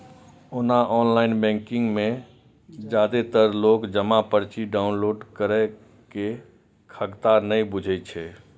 ओना online banking मे जादेतर लोक जमा पर्ची डॉउनलोड करै के खगता नै बुझै छै